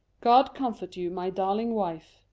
god comfort you, my darling wife.